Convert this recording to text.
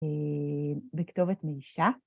וכתובת מישע.